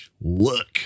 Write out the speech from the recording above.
look